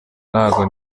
ntago